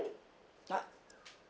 ah